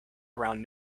around